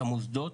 את המוסדות,